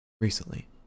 recently